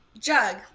Jug